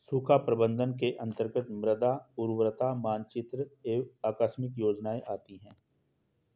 सूखा प्रबंधन के अंतर्गत मृदा उर्वरता मानचित्र एवं आकस्मिक योजनाएं आती है